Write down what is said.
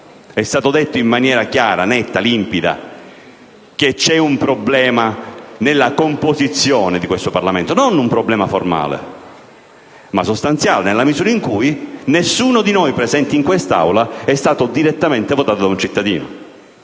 è stato detto in maniera chiara, netta, limpida che c'è un problema nella composizione di questo Parlamento. Non si tratta di un problema formale, ma sostanziale, nella misura in cui nessuno di noi presenti in quest'Aula è stato direttamente votato da un cittadino.